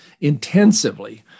intensively